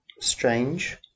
strange